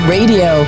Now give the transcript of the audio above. Radio